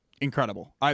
incredible